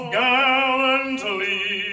gallantly